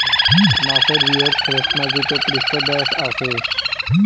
মাছের বৃহৎ শ্লেষ্মাযুত পৃষ্ঠদ্যাশ আচে